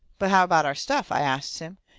but how about our stuff? i asts him.